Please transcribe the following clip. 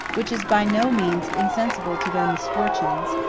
which is by no means insensible to their misfortunes,